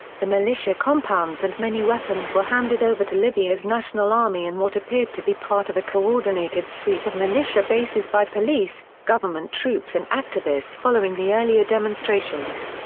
the militia compounds and many weapons were handed over to libya's national army in what appeared to be part of a coordinated sweep of militia bases by police, government troops and activists following the earlier demonstrations.